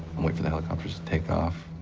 wait for the helicopters to take off,